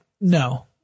no